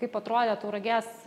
kaip atrodė tauragės